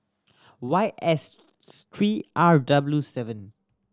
Y S three R W seven